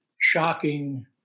shocking